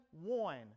one